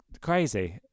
crazy